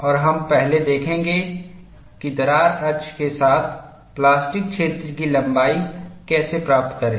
और हम पहले देखेंगे कि दरार अक्ष के साथ प्लास्टिक क्षेत्र की लंबाई कैसे प्राप्त करें